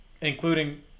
including